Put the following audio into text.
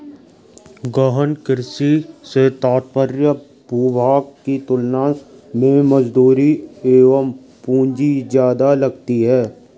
गहन कृषि से तात्पर्य भूभाग की तुलना में मजदूरी एवं पूंजी ज्यादा लगती है